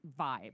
vibe